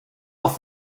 off